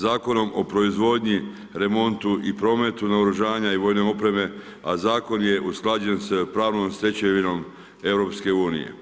Zakonom o proizvodnji, remontu i prometu naoružanja i vojne opreme, a zakon je u usklađen sa pravnom stečevinom EU.